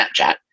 Snapchat